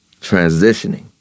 Transitioning